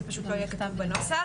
זה פשוט לא יהיה כתוב בנוסח.